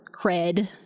cred